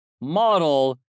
model